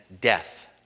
death